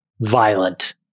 violent